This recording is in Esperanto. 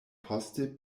poste